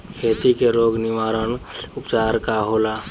खेती के रोग निवारण उपचार का होला?